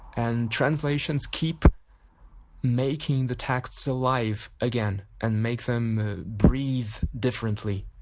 and translations keep making the texts alive again and make them breathe differently.